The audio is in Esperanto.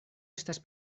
estas